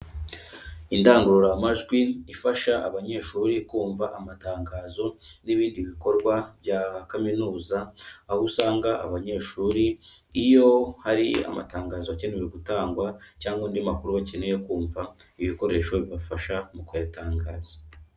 Indangururamajwi ifasha abanyeshuri kumva amatangazo n'ibindi bikorwa bya kaminuza, aho usanga abanyeshuri iyo hari amatangazo akenewe gutangwa cyangwa andi makuru bakeneye kumva, ibi bikoresho bibafasha mu kuyatangaza.